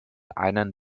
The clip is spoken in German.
einen